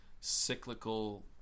cyclical